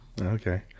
Okay